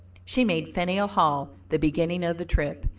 she made faneuil hall the beginning of the trip,